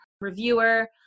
Reviewer